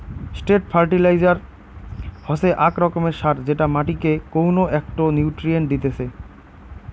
straight fertilizer হসে আক রকমের সার যেটা মাটিকে কউনো একটো নিউট্রিয়েন্ট দিতেছে